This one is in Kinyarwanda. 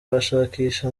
bashakisha